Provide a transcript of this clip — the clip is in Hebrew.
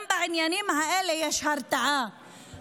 גם בעניינים האלה יש הרתעה,